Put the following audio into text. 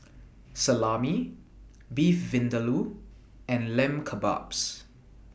Salami Beef Vindaloo and Lamb Kebabs